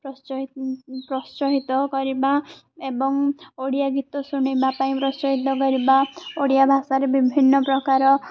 ପ୍ରତ୍ସହି ପ୍ରୋତ୍ସାହିତ କରିବା ଏବଂ ଓଡ଼ିଆ ଗୀତ ଶୁଣିବା ପାଇଁ ପ୍ରୋତ୍ସହିତ କରିବା ଓଡ଼ିଆ ଭାଷାରେ ବିଭିନ୍ନ ପ୍ରକାର